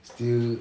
still